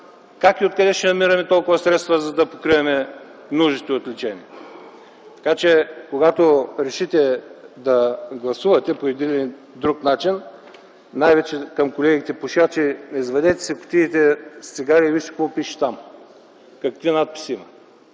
как и откъде ще намираме толкова средства, за да покриваме нуждите от лечение? Така че, когато решите да гласувате по един или друг начин, най-вече към колегите пушачи – извадете си кутиите с цигари и вижте какво пише там, какви надписи има.